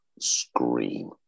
scream